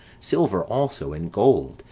silver also, and gold,